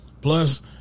Plus